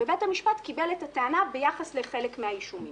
ובית המשפט קיבל את הטענה ביחס לחלק מהאישומים.